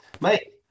mate